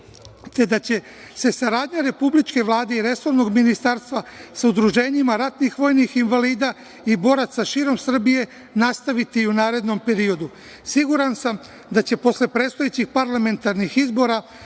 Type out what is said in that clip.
te da će se saradnja Republičke vlade i resornog ministarstva sa udruženjima ratnih vojnih invalida i boraca širom Srbije nastaviti i u narednom periodu. Siguran sam da će posle predstojećih parlamentarnih izbora